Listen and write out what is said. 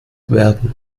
werden